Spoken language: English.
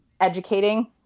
educating